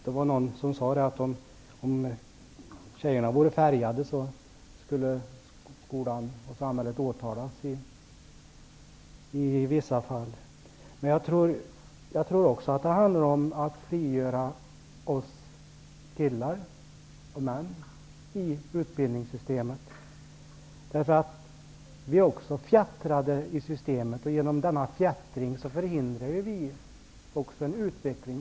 Det var någon som sade: Om tjejerna vore färgade skulle skolan och samhället åtalas i vissa fall. Jag tror också att det i vissa fall handlar om att frigöra oss killar och män i utbildningssystemet. Också vi är fjättrade vid systemet. Genom denna fjättring förhindrar vi en utveckling.